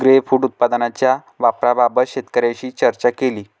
grapefruit उत्पादनाच्या वापराबाबत शेतकऱ्यांशी चर्चा केली